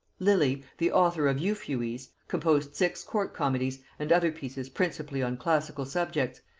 lilly, the author of euphues, composed six court comedies and other pieces principally on classical subjects,